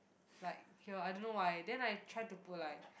like here I don't know why then I try to put like